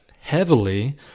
heavily